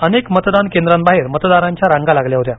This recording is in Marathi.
अनेक मतदान केंद्राबाहेर मतदारांच्या रांगा लागल्या होत्या